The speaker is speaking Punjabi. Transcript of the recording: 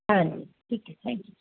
ਹਾਂਜੀ ਠੀਕ ਹੈ ਥੈਂਕ ਯੂ